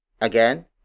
Again